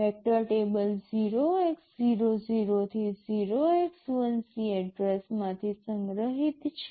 vector table 0x00 થી 0x1c એડ્રેસમાંથી સંગ્રહિત છે